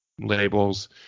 labels